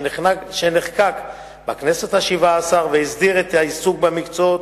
שנחקק בכנסת השבע-עשרה והסדיר את העיסוק במקצועות